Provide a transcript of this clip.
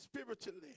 spiritually